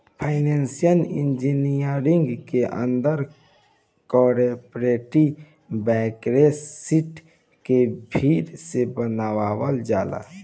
financial engineering के अंदर corporate balance sheet के फेर से बनावल जाला